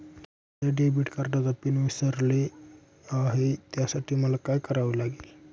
माझ्या डेबिट कार्डचा पिन विसरले आहे त्यासाठी मला काय करावे लागेल?